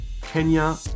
Kenya